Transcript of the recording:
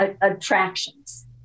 attractions